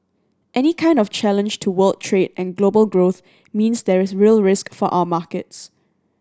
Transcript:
any kind of challenge to world trade and global growth means there is real risk for our markets